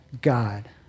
God